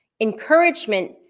encouragement